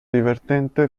divertente